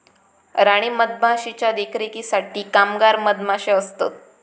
राणी मधमाशीच्या देखरेखीसाठी कामगार मधमाशे असतत